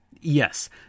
Yes